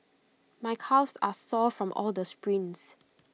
my calves are sore from all the sprints